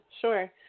Sure